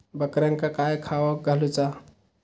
बकऱ्यांका काय खावक घालूचा?